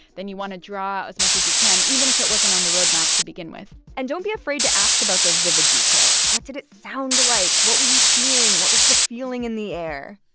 then you want to draw out as much as you can, even if it wasn't on the roadmap to begin with and don't be afraid to ask about those vivid details. what did it sound like? what were you seeing? what was the feeling in the air?